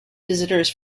visitors